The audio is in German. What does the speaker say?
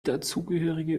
dazugehörige